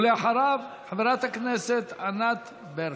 ואחריו, חברת הכנסת ענת ברקו.